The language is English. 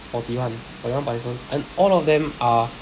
forty one forty one participants and all of them are